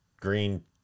green